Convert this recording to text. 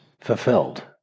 fulfilled